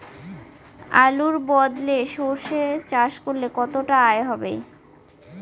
আলুর বদলে সরষে চাষ করলে কতটা আয় হবে?